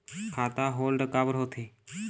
खाता होल्ड काबर होथे?